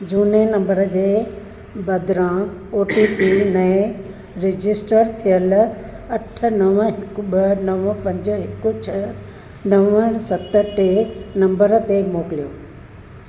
झूने नंबर बदिरां O T P नएं रजिस्टर थियल अठ नव हिकु ॿ नव पंज हिकु छह नव सत टे नंबर ते मोकिलियो